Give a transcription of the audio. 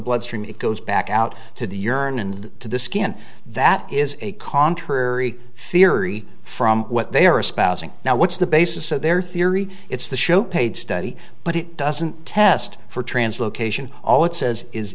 bloodstream it goes back out to the urine and to the skin that is a contrary theory from what they are espousing now what's the basis of their theory it's the show paid study but it doesn't test for translocation all it says is